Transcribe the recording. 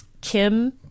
Kim